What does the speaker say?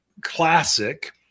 classic